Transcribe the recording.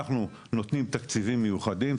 אנחנו נותנים תקציבים מיוחדים,